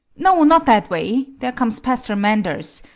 no, not that way. there comes pastor manders.